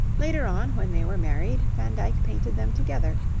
later on, when they were married, van dyck painted them together,